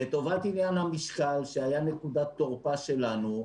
לטובת עניין המשקל שהיה נקודת תורפה שלנו,